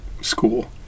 school